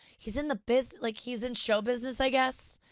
he's in the business, like he's in show business, i guess?